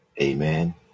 Amen